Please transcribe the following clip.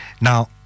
now